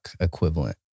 equivalent